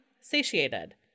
satiated